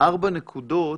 ארבע נקודות